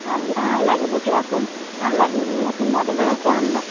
আলনা আলনাগুলো কীরকম আলনা নতুন মডেলের আছে আলনা